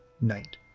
night